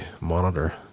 monitor